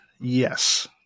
Yes